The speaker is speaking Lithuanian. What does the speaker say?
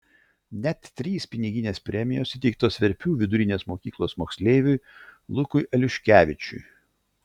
net trys piniginės premijos įteiktos veprių vidurinės mokyklos moksleiviui lukui aliuškevičiui